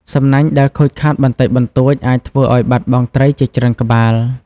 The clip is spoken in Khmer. សំណាញ់ដែលខូចខាតបន្តិចបន្តួចអាចធ្វើឲ្យបាត់បង់ត្រីជាច្រើនក្បាល។